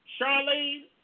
Charlene